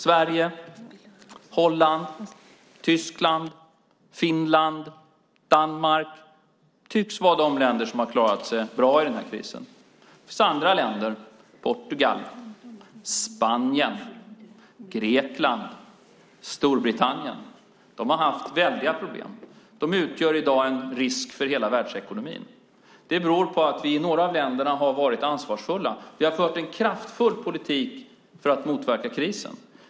Sverige, Holland, Tyskland, Finland och Danmark tycks vara de länder som har klarat sig bra i den här krisen. Det finns andra länder, till exempel Portugal, Spanien, Grekland och Storbritannien, som har haft väldiga problem. De utgör i dag en risk för hela världsekonomin. Skillnaden beror på att vi i några av länderna har varit ansvarsfulla. Vi har fört en kraftfull politik för att motverka krisen.